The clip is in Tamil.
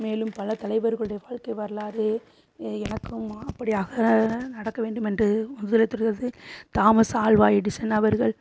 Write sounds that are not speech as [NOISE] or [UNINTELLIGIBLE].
மேலும் பல தலைவர்களுடைய வாழ்க்கை வரலாறு எனக்கும் ஆ அப்படியாக நடக்க வேண்டுமென்று [UNINTELLIGIBLE] தாமஸ் ஆல்வா எடிசன் அவர்கள்